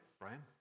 Brian